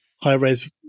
high-res